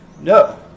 No